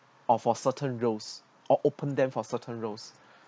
or for certain roles or open them for certain roles